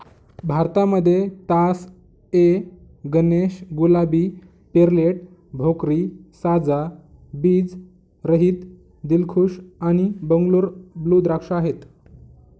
भारतामध्ये तास ए गणेश, गुलाबी, पेर्लेट, भोकरी, साजा, बीज रहित, दिलखुश आणि बंगलोर ब्लू द्राक्ष आहेत